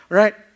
right